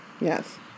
Yes